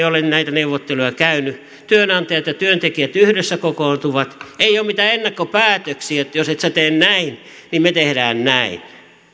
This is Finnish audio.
olen työelämässäni näitä neuvotteluja käynyt työnantajat ja työntekijät yhdessä kokoontuvat ei ole mitään ennakkopäätöksiä että jos et sinä tee näin niin me teemme